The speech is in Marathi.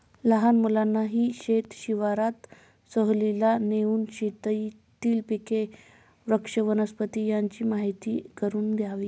लहान मुलांनाही शेत शिवारात सहलीला नेऊन शेतातील पिके, वृक्ष, वनस्पती यांची माहीती करून द्यावी